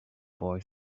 boy